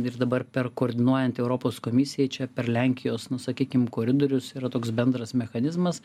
ir dabar perkoordinuojant europos komisijai čia per lenkijos nu sakykim koridorius yra toks bendras mechanizmas